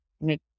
make